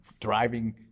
driving